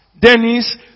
Dennis